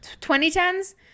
2010s